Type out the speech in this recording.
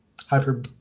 hyper